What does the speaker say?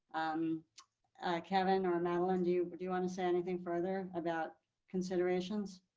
i'm kevin or an island you, what do you want to say anything further about considerations.